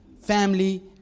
family